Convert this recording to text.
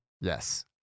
Yes